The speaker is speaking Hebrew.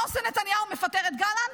מה עושה נתניהו, מפטר את גלנט?